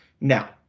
Now